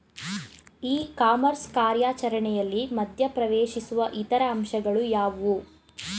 E commerce ಕಾರ್ಯಾಚರಣೆಯಲ್ಲಿ ಮಧ್ಯ ಪ್ರವೇಶಿಸುವ ಇತರ ಅಂಶಗಳು ಯಾವುವು?